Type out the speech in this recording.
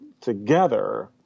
together